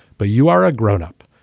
but you are a grown up.